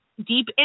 deep